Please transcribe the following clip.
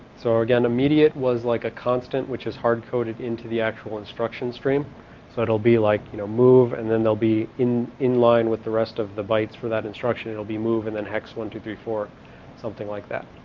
so again, immediate was like a constant which is hard coded into the actual instruction stream so it'll be like you know move and then they'll be in in line with the rest of the bytes for that instruction to be moved in the next one two three four something like that.